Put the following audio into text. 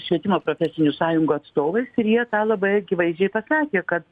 švietimo profesinių sąjungų atstovais ir jie tą labai akivaizdžiai pasakė kad